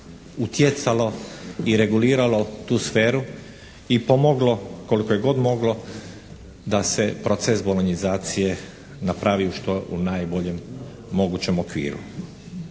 utjecalo i reguliralo tu sferu i pomoglo koliko je god moglo da se proces bolonjizacije napravi u što najboljem mogućem okviru.